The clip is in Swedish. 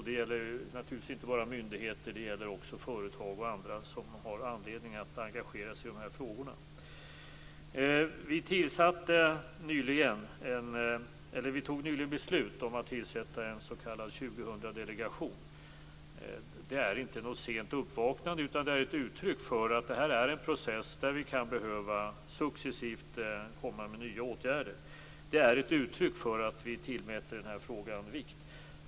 Det gäller naturligtvis inte bara myndigheter utan också företag och andra som har anledning att engagera sig i dessa frågor. Nyligen fattade vi beslut om att tillsätta en s.k. 2000-delegation. Det är inte något sent uppvaknande, utan det är ett uttryck för att det här är en process där vi successivt kan behöva komma med nya åtgärder. Det är ett uttryck för att vi tillmäter frågan vikt.